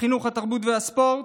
החינוך התרבות והספורט.